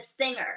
singer